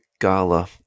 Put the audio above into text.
Gala